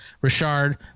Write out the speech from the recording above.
Richard